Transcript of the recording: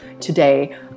today